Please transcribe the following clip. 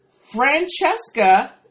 Francesca